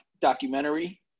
documentary